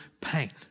pain